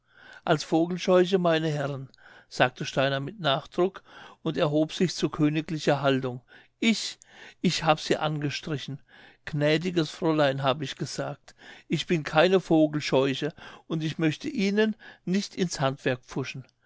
als vogelscheuche meine herren sagte steiner mit nachdruck und erhob sich zu königlicher haltung ich ich hab's ihr angestrichen gnädiges fräulein hab ich gesagt ich bin keine vogelscheuche und ich möchte ihnen nicht ins handwerk pfuschen